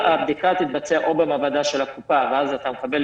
הבדיקה תתבצע או במעבדה של הקופה, ואז אתה מקבל